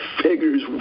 figures